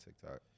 TikTok